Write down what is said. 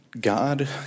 God